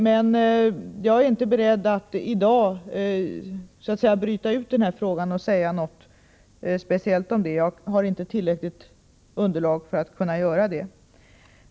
Men jag är inte beredd att i dag bryta ut denna fråga och säga något speciellt om den. Jag har inte tillräckligt underlag för att kunna göra det.